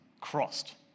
crossed